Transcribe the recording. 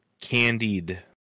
candied